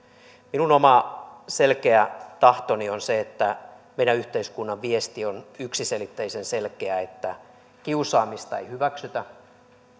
minun oma selkeä tahtoni on se että yhteiskunnan viesti on yksiselitteisen selkeä että kiusaamista ei hyväksytä